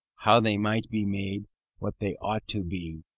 how they might be made what they ought to be,